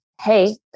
Hey